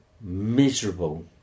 miserable